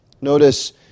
Notice